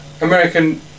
American